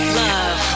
love